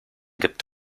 gibt